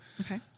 Okay